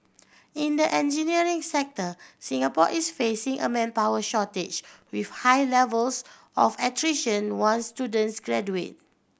in the engineering sector Singapore is facing a manpower shortage with high levels of attrition once students graduate